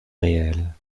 réelle